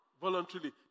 voluntarily